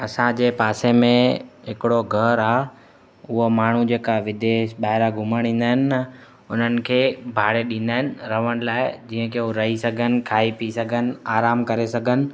असांजे पासे में हिकिड़ो घर आहे उहा माण्हू जेका विदेश ॿाहिरां घुमणु ईंदा आहिनि न उन्हनि खे भाड़े ॾींदा आहिनि रहण लाइ जीअं की हू रही सघनि खाई पी सघनि आराम करे सघनि